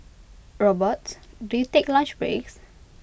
robots do you take lunch breaks